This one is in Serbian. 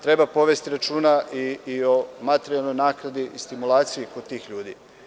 Treba voditi računa i o materijalnoj naknadi i stimulaciju kod tih ljudi.